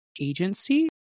agency